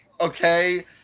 okay